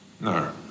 No